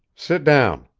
sit down!